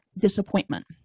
disappointment